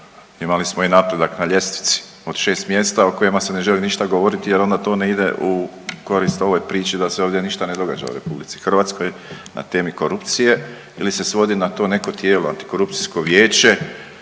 Imali smo i napredak na ljestvici. Od 6 mjesta o kojima se ne želi ništa govoriti jer onda to ne ide u korist ovoj priči da se ovdje ništa ne događa u RH, na temi korupcije ili se svodi na to neko tijelo, Antikorupcijsko vijeće